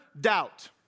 doubt